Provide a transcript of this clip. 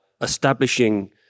establishing